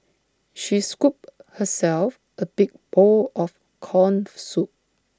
she scooped herself A big bowl of Corn Soup